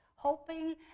hoping